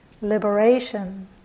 liberation